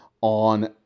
on